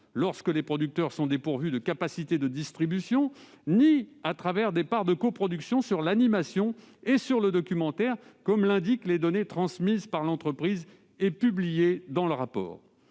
lorsque les producteurs sont dépourvus de capacité de distribution, ni à travers des parts de coproduction sur l'animation et le documentaire, comme l'indiquent les données transmises par l'entreprise et publiées dans le rapport